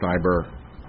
cyber